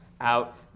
out